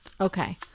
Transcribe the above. okay